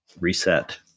reset